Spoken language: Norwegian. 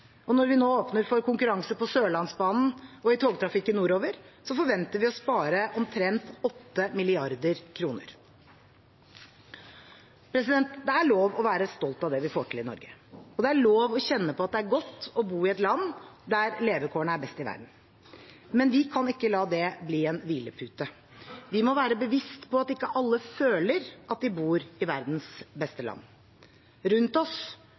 Når vi nå åpner for konkurranse på Sørlandsbanen og i togtrafikken nordover, forventer vi å spare omtrent 8 mrd. kr. Det er lov å være stolt av det vi får til i Norge. Og det er lov å kjenne på at det er godt å bo i et land der levekårene er best i verden, men vi kan ikke la det bli en hvilepute. Vi må være bevisst på at ikke alle føler at de bor i verdens beste land. Rundt oss,